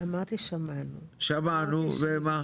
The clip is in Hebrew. שמענו ומה?